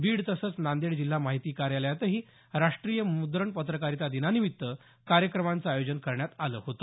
बीड तसंच नांदेड जिल्हा माहिती कार्यालयातही राष्ट्रीय मुद्रण पत्रकारिता दिनानिमित्त कार्यक्रमाचं आयोजन करण्यात आलं होतं